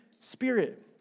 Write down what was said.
spirit